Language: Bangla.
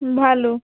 ভালো